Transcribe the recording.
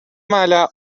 mala